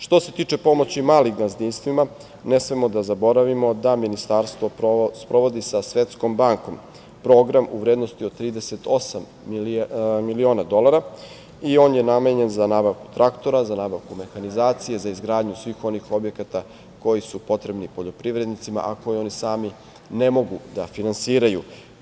Što se tiče pomoći malim gazdinstvima, ne smemo da zaboravimo da Ministarstvo sprovodi sa Svetskom bankom program u vrednosti od 38 miliona dolara i on je namenjen za nabavku traktora, za nabavku mehanizacije za izgradnju svih onih objekata koji su potrebni poljoprivrednicima, a koju oni sami ne mogu da finansiraju.